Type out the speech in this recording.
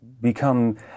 become